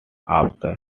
after